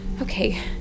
Okay